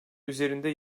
üzerinde